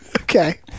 Okay